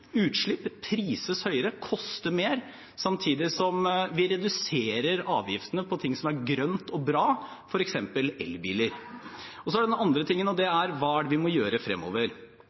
prises høyere, koster mer, samtidig som vi reduserer avgiftene på ting som er grønt og bra, f.eks. elbiler. Så er det den andre tingen, og det er: Hva er det vi må gjøre fremover?